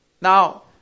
Now